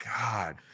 god